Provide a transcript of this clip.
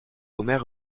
omer